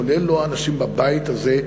כולל אנשים בבית הזה,